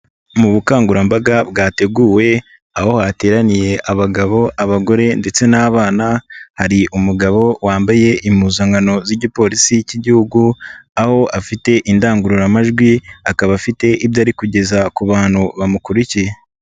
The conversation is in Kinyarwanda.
Mu bukangurambaga bwateguwe, aho hateraniye abagabo, abagore ndetse n'abana, hari umugabo wambaye impuzankano z'igipolisi cy'igihugu, aho afite indangururamajwi, akaba afite ibyo ari kugeza ku bantu bamukurikiye.